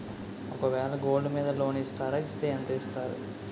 ఒక వేల గోల్డ్ మీద లోన్ ఇస్తారా? ఇస్తే ఎంత ఇస్తారు?